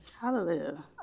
Hallelujah